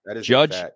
Judge